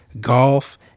golf